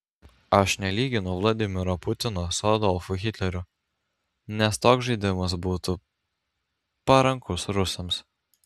aš nelyginu vladimiro putino su adolfu hitleriu nes toks žaidimas būtų parankus rusams